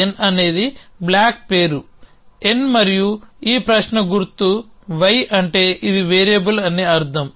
n అనేది block పేరు n మరియు ఈ ప్రశ్న గుర్తు y అంటే ఇది వేరియబుల్ అని అర్థం